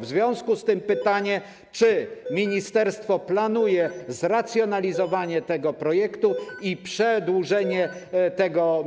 W związku z tym pytanie: Czy ministerstwo planuje zracjonalizowanie tego projektu i przedłużenie tego